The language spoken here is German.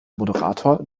moderator